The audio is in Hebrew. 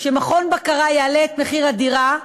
שבגלל מכון הבקרה יעלה מחיר הדירה,